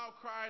cry